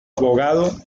abogado